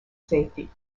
safety